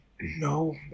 No